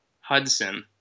Hudson